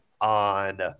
on